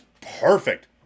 perfect